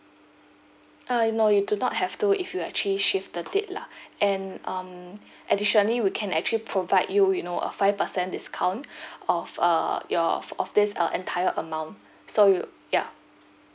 uh no you do not have to if you actually shift the date lah and um additionally we can actually provide you you know a five percent discount of uh your of this uh entire amount so you ya